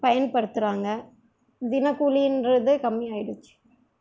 பயன்படுத்துகிறாங்க தினக்கூலிகிறது கம்மியாகிடுச்சி